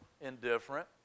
indifferent